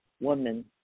woman